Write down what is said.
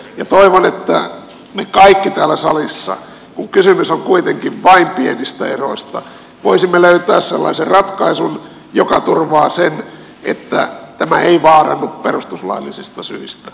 ja toivon että me kaikki täällä salissa kun kysymys on kuitenkin vain pienistä eroista voisimme löytää sellaisen ratkaisun joka turvaa sen että tämä ei vaarannu perustuslaillisista syistä